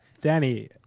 Danny